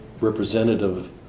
representative